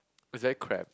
is very cramp